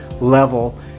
level